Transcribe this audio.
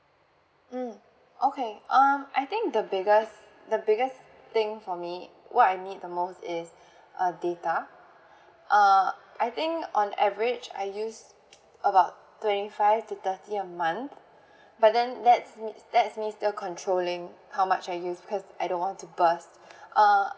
mm okay um I think the biggest the biggest thing for me what I need the most is uh data uh I think on average I use about twenty five to thirty a month but then that is that is me still controlling how much I use because I don't want to burst uh